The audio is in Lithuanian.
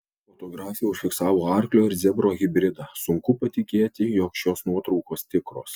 fotografė užfiksavo arklio ir zebro hibridą sunku patikėti jog šios nuotraukos tikros